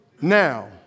now